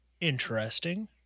interesting